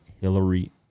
Hillary